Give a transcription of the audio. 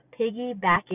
piggybacking